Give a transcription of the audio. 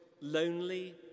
lonely